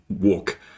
walk